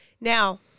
now